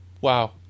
Wow